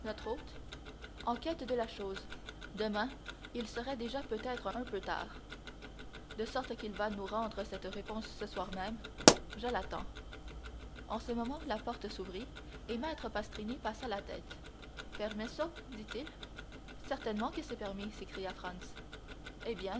hôte en quête de la chose demain il serait déjà peut-être un peu tard de sorte qu'il va nous rendre réponse ce soir même je l'attends en ce moment la porte s'ouvrit et maître pastrini passa la tête permesso dit-il certainement que c'est permis s'écria franz eh bien